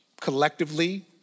collectively